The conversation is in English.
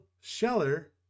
Scheller